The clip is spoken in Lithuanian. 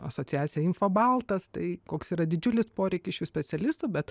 asociacija infobaltas tai koks yra didžiulis poreikis šių specialistų bet